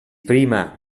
prima